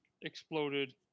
exploded